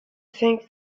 think